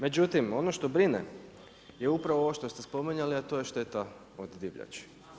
Međutim, ono što brine je upravo ovo što ste spominjali, a to je šteta od divljači.